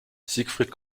siegfried